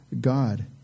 God